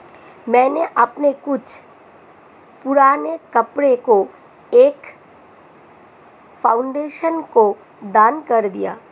मैंने अपने कुछ पुराने कपड़ो को एक फाउंडेशन को दान कर दिया